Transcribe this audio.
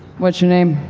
what's your name?